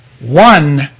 one